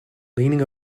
leaning